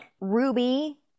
Ruby